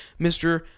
Mr